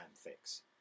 fix